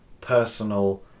personal